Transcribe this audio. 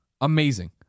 amazing